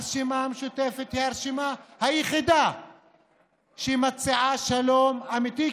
הרשימה המשותפת היא הרשימה היחידה שמציעה שלום אמיתי,